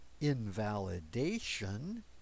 invalidation